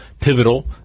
pivotal